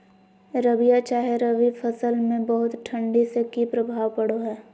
रबिया चाहे रवि फसल में बहुत ठंडी से की प्रभाव पड़ो है?